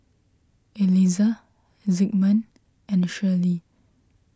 Eliza Zigmund and Shirley